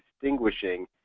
distinguishing